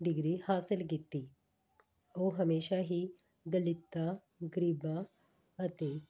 degree ਹਾਸਲ ਕੀਤੀ ਉਹ ਹਮੇਸ਼ਾ ਹੀ ਦਲਿਤਾਂ ਗਰੀਬਾਂ ਅਤੇ